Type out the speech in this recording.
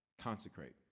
Consecrate